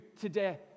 today